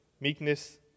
meekness